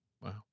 Wow